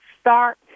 start